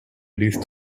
list